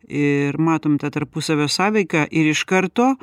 ir matom tą tarpusavio sąveiką ir iš karto